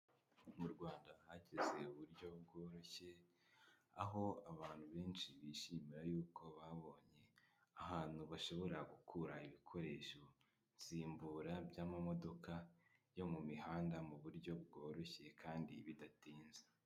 Mu Rwanda hageze uburyo bworoshye, aho abantu benshi bishimira yuko babonye ahantu bashobora gukura ibikoresho nsimbura by'amamodoka yo mu mihanda mu buryo bworoshye kandi bidatinze.